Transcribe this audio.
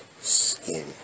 skin